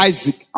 Isaac